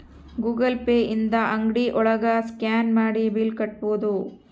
Google Pay ಇಂದ ಅಂಗ್ಡಿ ಒಳಗ ಸ್ಕ್ಯಾನ್ ಮಾಡಿ ಬಿಲ್ ಕಟ್ಬೋದು